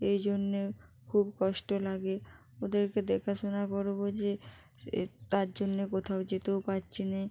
এই জন্যে খুব কষ্ট লাগে ওদেরকে দেখাশোনা করব যে তার জন্যে কোথাও যেতেও পারছি না